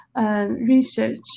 research